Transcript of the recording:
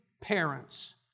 parents